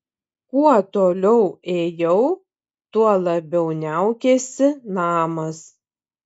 kuo toliau ėjau tuo labiau niaukėsi namas